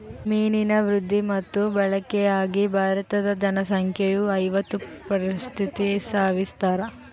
ಮೀನಿನ ವೃದ್ಧಿ ಮತ್ತು ಬಳಕೆಯಾಗ ಭಾರತೀದ ಜನಸಂಖ್ಯೆಯು ಐವತ್ತು ಪ್ರತಿಶತ ಸೇವಿಸ್ತಾರ